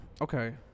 Okay